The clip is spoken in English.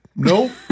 Nope